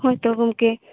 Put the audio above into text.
ᱦᱳᱭ ᱛᱚ ᱜᱚᱢᱠᱮ